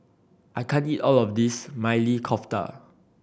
I can't eat all of this Maili Kofta